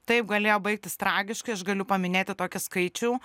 taip galėjo baigtis tragiškai aš galiu paminėti tokį skaičių